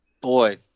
Boy